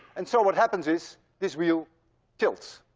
and so what happens is this wheel tilts.